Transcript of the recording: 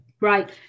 right